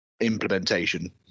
implementation